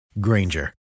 Granger